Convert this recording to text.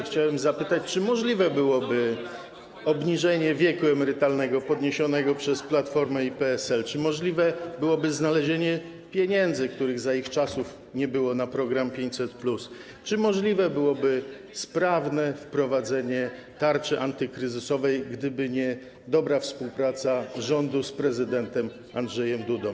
Chciałem zapytać, czy możliwe byłoby obniżenie wieku emerytalnego podniesionego przez Platformę i PSL, czy możliwe byłoby znalezienie pieniędzy, których za ich czasów nie było, na program 500+, czy możliwe byłoby sprawne wprowadzenie tarczy antykryzysowej, gdyby nie dobra współpraca rządu z prezydentem Andrzejem Dudą.